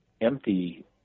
empty